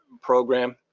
program